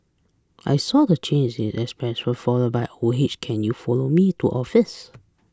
I saw the change in expression followed by can you follow me to office